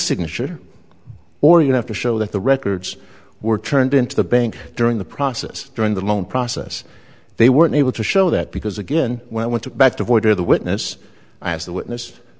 signature or you have to show that the records were turned into the bank during the process during the loan process they weren't able to show that because again when i went to back to border the witness i was the witness